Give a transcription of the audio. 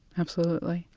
absolutely.